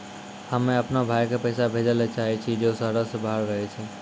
हम्मे अपनो भाय के पैसा भेजै ले चाहै छियै जे शहरो से बाहर रहै छै